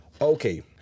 Okay